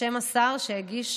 בשם השר שהגיש,